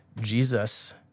Jesus